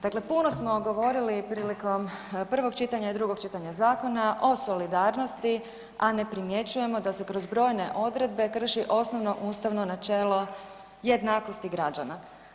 Dakle, puno smo govorili prilikom prvog čitanja i drugog čitanja zakona o solidarnosti a ne primjećujemo da se kroz brojne odredbe krši osnovno ustavno načelo jednakosti građana.